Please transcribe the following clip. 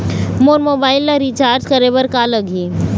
मोर mobile ला recharge करे बर का लगही?